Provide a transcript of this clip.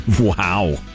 Wow